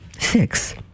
Six